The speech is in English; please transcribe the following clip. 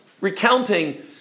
recounting